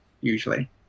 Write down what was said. usually